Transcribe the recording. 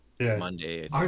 Monday